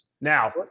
Now